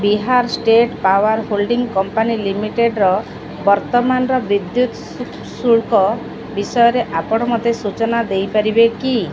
Bihar state power holding company ଲିମିଟେଡ଼୍ର ବର୍ତ୍ତମାନର ବିଦ୍ୟୁତ ଶୁଳ୍କ ବିଷୟରେ ଆପଣ ମୋତେ ସୂଚନା ଦେଇପାରିବେ କି